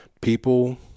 people